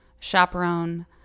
chaperone